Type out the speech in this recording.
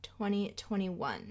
2021